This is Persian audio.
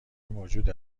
موجود